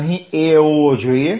અહીં a હોવો જોઈએ